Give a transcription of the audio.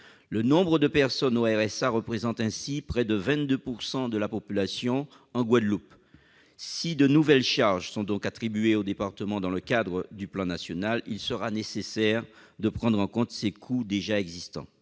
Le nombre de personnes au RSA représente ainsi près de 22 % de la population en Guadeloupe. Si de nouvelles charges sont attribuées aux départements dans le cadre du plan national, il sera nécessaire de prendre en compte les coûts existants.